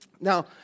Now